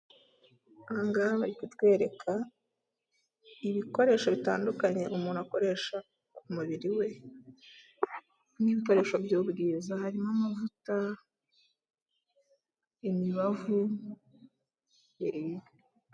Ahangaha bari kutwereka ibikoresho bitandukanye umuntu akoresha ku mubiri we, n'ibikoresho by'ubwiza, harimo amavuta imibavu eee.